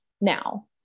now